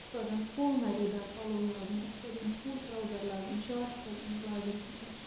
اَسہِ پَزَن فُل نَرودار پَلو لاگٕنۍ اَسہِ پَزَن فُل ٹرٛاوزَر لاگٕنۍ شاٹٕس پَزَن نہٕ لاگٕنۍ کِہیٖنۍ